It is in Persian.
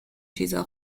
چیزا